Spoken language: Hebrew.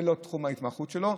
זה לא תחום ההתמחות שלו.